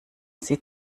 sie